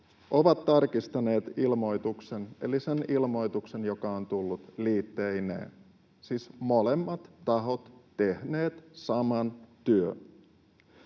ovat tarkistaneet ilmoituksen, eli sen ilmoituksen, joka on tullut liitteineen. Siis molemmat tahot tehneet saman työn.